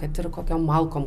kad ir kokiom malkom